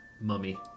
mummy